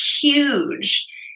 huge